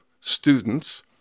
students